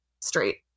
straight